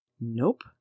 Nope